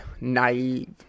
naive